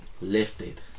Lifted